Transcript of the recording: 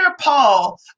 Paul